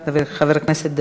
חבר הכנסת אחמד טיבי,